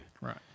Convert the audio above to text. Right